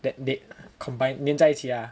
that they combined 粘在一起啊